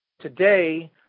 Today